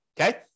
okay